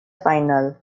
final